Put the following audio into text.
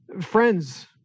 friends